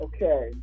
Okay